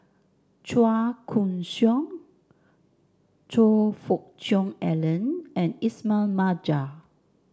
Chua Koon Siong Choe Fook Cheong Alan and Ismail Marjan